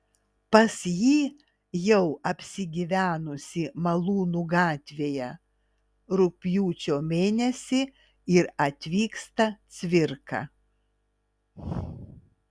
pas jį jau apsigyvenusį malūnų gatvėje rugpjūčio mėnesį ir atvyksta cvirka